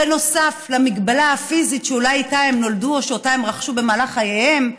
בנוסף למגבלה הפיזית שאולי הם נולדו איתה או שהם רכשו במהלך חייהם,